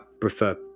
prefer